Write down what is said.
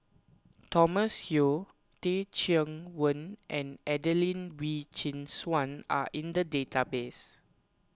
Thomas Yeo Teh Cheang Wan and Adelene Wee Chin Suan are in the database